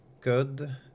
good